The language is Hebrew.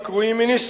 הקרויים 'מיניסטרים',